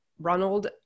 Ronald